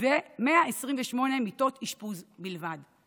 ו-128 מיטות אשפוז בלבד.